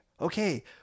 okay